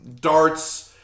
darts